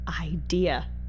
idea